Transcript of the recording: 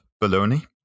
bologna